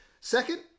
Second